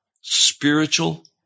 spiritual